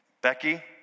Becky